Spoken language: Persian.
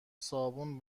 صابون